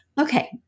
Okay